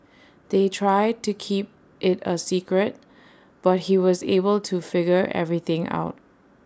they tried to keep IT A secret but he was able to figure everything out